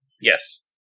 Yes